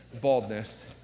Baldness